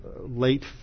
late